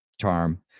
charm